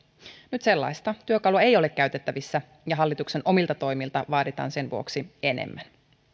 nyt sellaista työkalua ei ole käytettävissä ja hallituksen omilta toimilta vaaditaan sen vuoksi enemmän